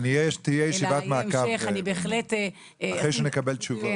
כן, תהיה ישיבת מעקב, אחרי שנקבל תשובות.